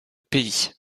pays